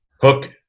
hook